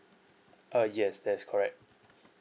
uh yes that is correct